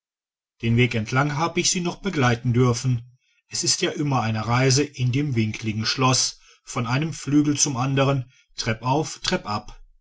den weg entlang habe ich sie noch begleiten dürfen es ist ja immer eine reise in dem winkligen schloß von einem flügel zum andern treppauf treppab